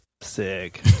sick